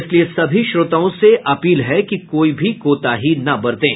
इसलिए सभी श्रोताओं से अपील है कि कोई भी कोताही न बरतें